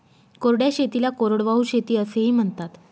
कोरड्या शेतीला कोरडवाहू शेती असेही म्हणतात